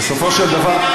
ובסופו של דבר,